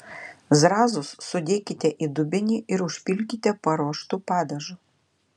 zrazus sudėkite į dubenį ir užpilkite paruoštu padažu